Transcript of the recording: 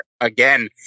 again